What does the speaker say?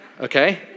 Okay